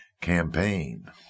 Campaign